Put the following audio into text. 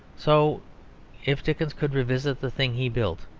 so if dickens could revisit the thing he built,